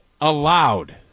allowed